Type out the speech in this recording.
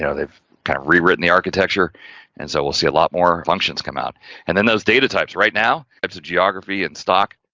yeah they've kind of rewritten the architecture and so, we'll see a lot more functions come out and then, those data types, right now, it's a geography in stock.